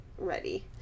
ready